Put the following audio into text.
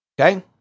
Okay